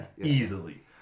easily